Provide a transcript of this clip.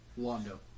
Londo